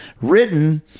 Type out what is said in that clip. written